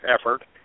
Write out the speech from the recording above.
effort